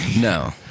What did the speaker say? No